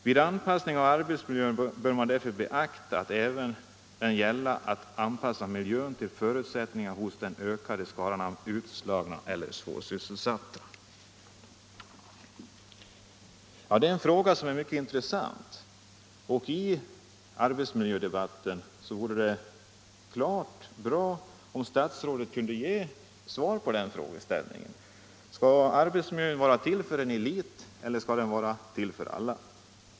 Vid anpassning av arbetsmiljön bör man därför beakta att det även gäller att anpassa miljön till förutsättningarna hos den ökande skaran av utslagna eller svårsysselsatta.” Detta är en mycket intressant problemställning. För arbetsmiljödebatten vore det bra om statsrådet kunde ge svar på frågan: Skall arbetsmiljön vara till för en elit eller skall den vara till för alla?